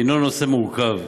הנו נושא מורכב.